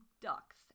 ducks